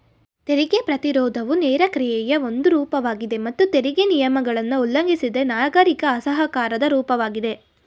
ತೆರಿಗೆ ಪ್ರತಿರೋಧವು ನೇರ ಕ್ರಿಯೆಯ ಒಂದು ರೂಪವಾಗಿದೆ ಮತ್ತು ತೆರಿಗೆ ನಿಯಮಗಳನ್ನ ಉಲ್ಲಂಘಿಸಿದ್ರೆ ನಾಗರಿಕ ಅಸಹಕಾರದ ರೂಪವಾಗಿದೆ